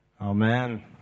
Amen